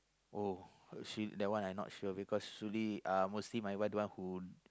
oh she that one I not sure because Shully uh mostly my wife the one who